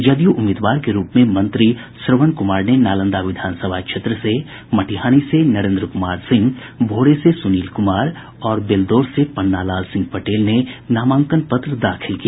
जदयू उम्मीदवार के रूप में मंत्री श्रवण कुमार ने नालंदा विधानसभा क्षेत्र से मटिहानी से नरेन्द्र कुमार सिंह भोरे से सुनील कुमार और बेलदौर से पन्ना लाल सिंह पटेल ने नामांकन पत्र दाखिल किया